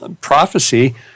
prophecy